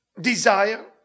desire